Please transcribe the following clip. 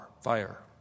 fire